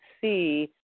see